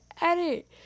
edit